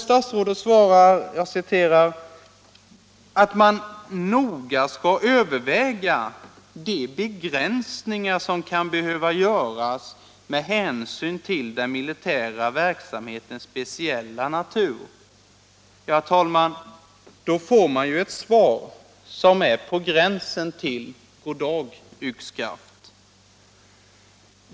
Statsrådets ord ”att man noga skall överväga de begränsningar som kan behöva göras med hänsyn till den militära verksamhetens speciella natur” ligger på gränsen till ”God dag — Yxskaft”.